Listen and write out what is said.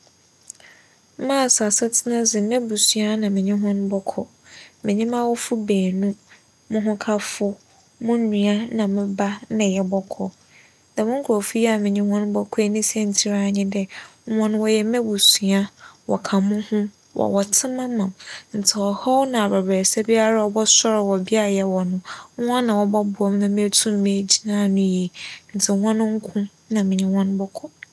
Mars asetsena dze m'ebusua ara na menye hͻn bͻkͻ. Menye m'awofo beenu, moho kafo, mo nua na me ba na yɛbͻkͻ. Dɛm nkorͻfo yi a menye hͻn bͻkͻ yi ne siantsir ara nye dɛ, wͻyɛ m'ebusua, wͻka moho, wͻwͻ tsema ma me, ntsi ͻhaw na abɛbrɛsɛ biara ͻbͻsoɛr wͻ bea a yɛwͻ no, hͻn na wͻbͻboa me ma meetum egyina ano yie ntsi hͻn nko na menye hͻn bͻkͻ.